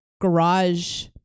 garage